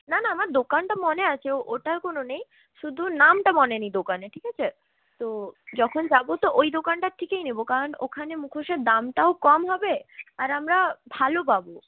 না না আমার দোকানটা মনে আছে ওটার কোনও নেই শুধু নামটা মনে নেই দোকানের ঠিক আছে তো যখন যাব তো ওই দোকানটার থেকেই নেব কারন ওখানে মুখোশের দামটাও কম হবে আর আমরা ভালো পাব